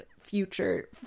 future